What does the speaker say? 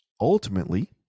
ultimately